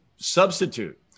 substitute